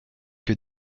que